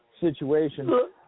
situation